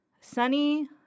sunny